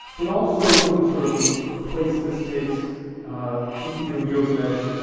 but also in this sort of ah place this takes enkidu and gilgamesh,